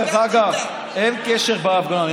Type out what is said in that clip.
דרך אגב, אין קשר להפגנות.